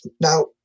Now